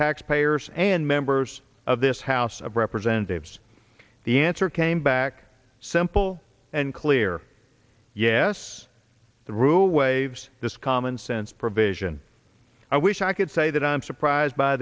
taxpayers and members of this house of representatives the answer came back simple and clear yes the rule waives this commonsense provision i wish i could say that i'm surprised by